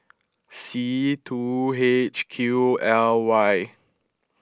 C two H Q L Y